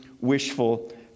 wishful